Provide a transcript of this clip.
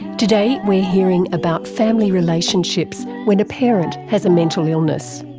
today we're hearing about family relationships when a parent has a mental illness.